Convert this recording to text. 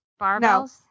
barbells